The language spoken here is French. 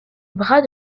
bras